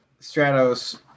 Stratos